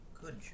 Good